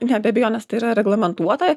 ne be abejonės tai yra reglamentuota